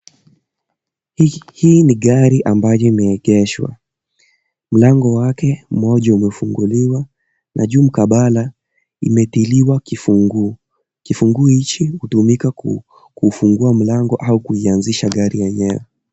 Hii ni gari ambayo imeegeshwa. Mlango wake mmoja umefunguliwa, na juu mkabala imetiliwa kifunguu. Kifunguu hichi hutumika kufungua mlango au kuianzisha gari yenyewe.